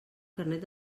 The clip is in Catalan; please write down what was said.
carnet